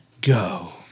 go